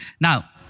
Now